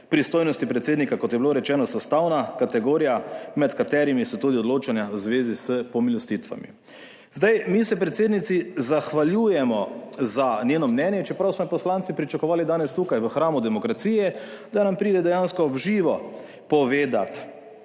Pristojnosti predsednika, kot je bilo rečeno, so ustavna kategorija, med katerimi so tudi odločanja v zvezi s pomilostitvami. Zdaj, mi se predsednici zahvaljujemo za njeno mnenje, čeprav smo jo poslanci pričakovali danes tukaj v hramu demokracije, da nam pride dejansko v živo povedati